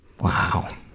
Wow